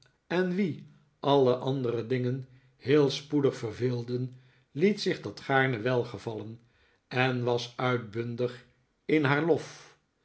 en wie alle andere dingen heel spoedig verveelden liet zich dat gaarne welgevallen en was uitbundig in haar lof